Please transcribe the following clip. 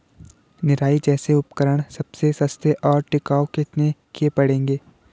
निराई जैसे उपकरण सबसे सस्ते और टिकाऊ कितने के पड़ेंगे?